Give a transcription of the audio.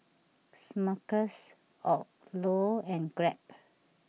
Smuckers Odlo and Grab